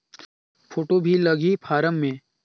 Photo भी लगी form मे?